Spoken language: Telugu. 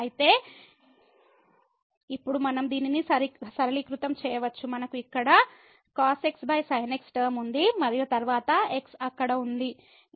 అయితే తే ఇప్పుడు మనం దీనిని సరళీకృతం చేయవచ్చు మనకు ఇక్కడ టర్మ ఉంది మరియు తరువాత x అక్కడ ఉంది